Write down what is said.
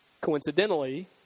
Coincidentally